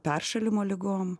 peršalimo ligom